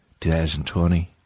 2020